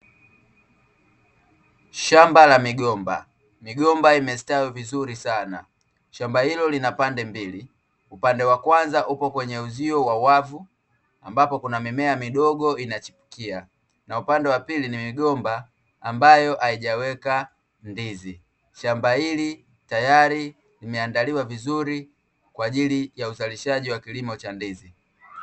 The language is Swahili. Shamba la migomba, migomba imestawi vizuri sana, shamba hilo lina pande mbili, upande wa kwanza upo kwenye uzio wa wavu ambapo kuna mimea midogo inachipukia na upande wa pili ni migomba ambayo haijaweka ndizi, shamba hili tayari limeandaliwa vizuri kwa ajili ya uzalishaji wa kilimo cha ndizi.